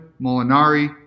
Molinari